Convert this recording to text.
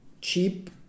cheap